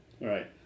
Right